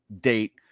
date